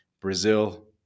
Brazil